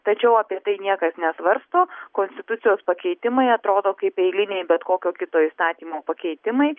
tačiau apie tai niekas nesvarsto konstitucijos pakeitimai atrodo kaip eiliniai bet kokio kito įstatymo pakeitimai